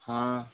हाँ